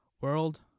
world